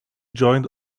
joined